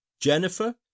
Jennifer